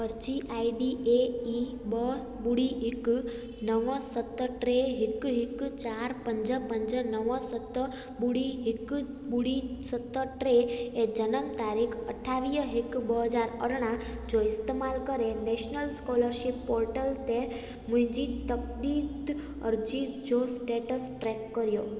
फर्जी I D ए ई ॿ ॿुड़ी हिकु नव सत टे हिकु हिकु चारि पंज पंज नव सत ॿुड़ी हिकु ॿुड़ी सत टे ऐं जनमु तारीख़ अठावीह हिकु ॿ हज़ार अरिड़हं जो इस्तेमाल करे मुंहिज़ी नेशनल स्कोलर्शिप पोर्टल ते मुंहिंज़ी तफ़दीस अर्जीस जो स्टेटस ट्रैक करियो